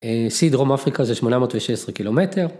שיא דרום אפריקה זה 816 קילומטר.